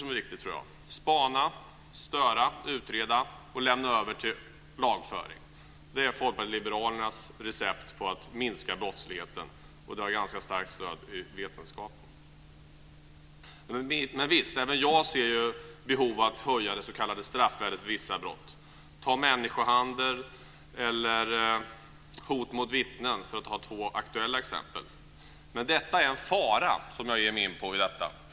Det handlar om att spana, störa, utreda och lämna över till lagföring. Det är Folkpartiet liberalernas recept på att minska brottsligheten. Det har ganska starkt stöd i vetenskapen. Även jag ser behovet att höja det s.k. straffvärdet för vissa brott. Det gäller t.ex. människohandel eller hot mot vittnen, för att ta två aktuella exempel. Men det är en fara att ge sig in i detta.